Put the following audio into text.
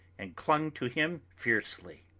and clung to him fiercely.